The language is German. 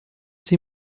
sie